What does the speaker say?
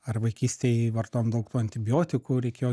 ar vaikystėj vartojant daug antibiotikų reikėjo